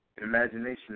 Imagination